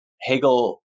Hegel